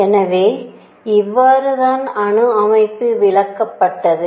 எனவே இவ்வாறு தான் அணு அமைப்பு விளக்கப்பட்டது